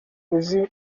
uzi